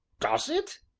does it?